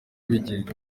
bigenda